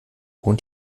wohnt